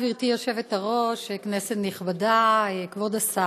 גברתי היושבת-ראש, כנסת נכבדה, כבוד השר,